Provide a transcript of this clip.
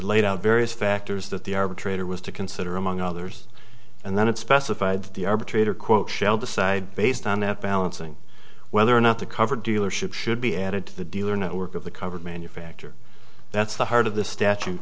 laid out various factors that the arbitrator was to consider among others and then it specified the arbitrator quote shall decide based on that balancing whether or not to cover dealerships should be added to the dealer network of the covered manufacture that's the heart of this statute